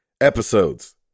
episodes